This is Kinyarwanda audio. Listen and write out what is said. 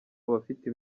abafite